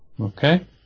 Okay